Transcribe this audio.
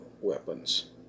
weapons